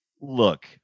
Look